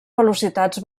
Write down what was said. velocitats